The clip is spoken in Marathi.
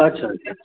अच्छा अच्छा